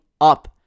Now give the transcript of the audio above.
up